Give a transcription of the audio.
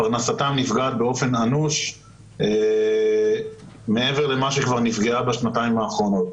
פרנסתם נפגעת באופן אנוש מעבר למה שכבר נפגעה בשנתיים האחרונות.